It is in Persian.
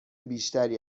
بیشتری